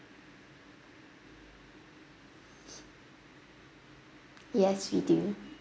yes we do